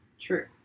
True